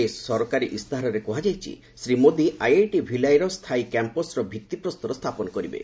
ଏ ସରକାରୀ ଇସ୍ତାହାରରେ କୁହାଯାଇଛି ଶ୍ରୀ ମୋଦି ଆଇଆଇଟି ଭିଲାଇର ସ୍ଥାୟୀ କ୍ୟାମ୍ପସର ଭିଭିପ୍ରସ୍ତର ସ୍ଥାପନ କରିବେ